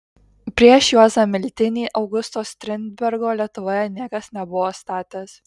prieš juozą miltinį augusto strindbergo lietuvoje niekas nebuvo statęs